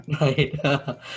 Right